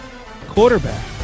quarterback